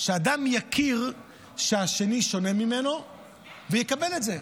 שאדם יכיר שהשני שונה ממנו ויקבל את זה,